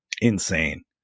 insane